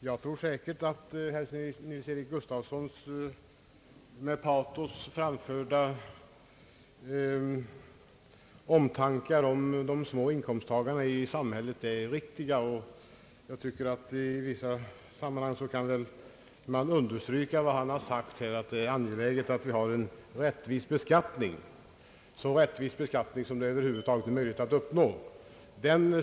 Herr talman! Herr Nils-Eric Gustafssons med patos framförda omtankar om de små inkomsttagarna i samhället är säkert riktiga. I vissa sammanhang finns det all anledning att instämma i vad han sagt om att det är angeläget att vi har en så rättvis beskattning som man över huvud taget kan uppnå.